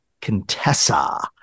Contessa